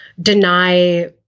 deny